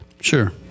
sure